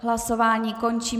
Hlasování končím.